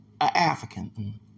african